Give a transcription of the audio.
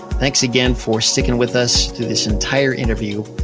thanks again for sticking with us through this entire interview.